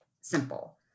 simple